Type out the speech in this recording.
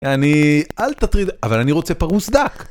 אני... אל תטריד, אבל אני רוצה פרוס דק!